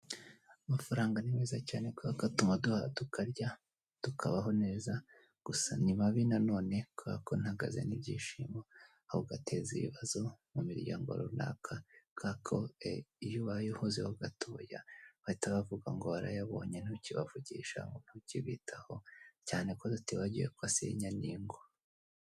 Amafaranga ni meza cyane kubera ko atuma duhaha tukarya tukabaho neza, gusa ni mabi nanone kubera ko ntabwo azana ibyishimo, ahubwo ateza ibibazo mu miryango runaka, kubera iyo ubaye uhuze ho gatoya, bahita bavuga ngo warayabonye ntukibavugisha, ngo ntukibitaho cyane ko tutibagiwe ko asenya n'ingo.